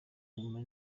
muri